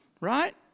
Right